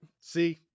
See